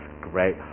great